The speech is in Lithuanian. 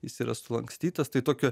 jis yra sulankstytas tai tokio